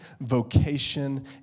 vocation